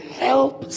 help